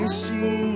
see